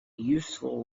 useful